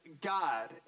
God